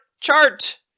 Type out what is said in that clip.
chart